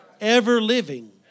ever-living